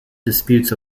disputes